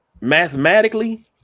mathematically